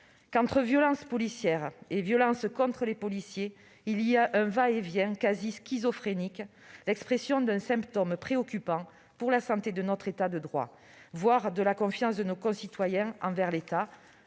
Qu'entre violence policière et violence contre les policiers, il y a un va-et-vient quasi schizophrénique, l'expression d'un symptôme préoccupant pour la santé de notre État de droit, voire de la confiance de nos concitoyens envers l'État,